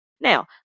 Now